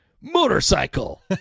Motorcycle